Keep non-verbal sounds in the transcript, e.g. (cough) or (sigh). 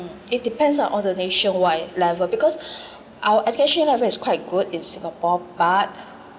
it depends ah on the nationwide level because (breath) our education level is quite good in singapore but